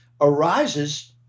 arises